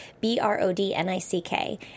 B-R-O-D-N-I-C-K